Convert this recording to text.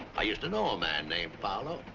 i used to know a man named farlow.